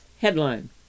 Headline